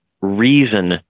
reason